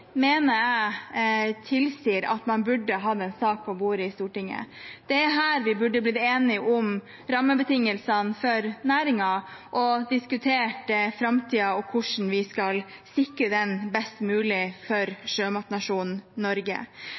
mener jeg tilsier at man burde hatt en sak på bordet i Stortinget. Det er her vi burde blitt enige om rammebetingelsene for næringen og diskutert framtiden og hvordan vi skal sikre den best mulig for sjømatnasjonen Norge.